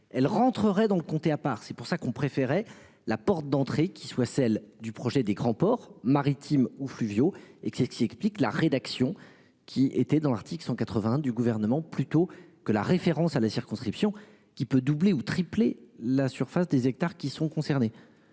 elle rentrerait donc comptés à part, c'est pour ça qu'on préférait la porte d'entrée qui soit celle du projet des grands ports maritimes ou fluviaux et que c'est ce qui explique la rédaction qui était dans l'article 180 du gouvernement plutôt que la référence à la circonscription. Qui peut doubler ou tripler la surface des hectares qui sont concernés